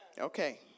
Okay